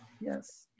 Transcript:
yes